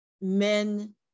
men